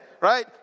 right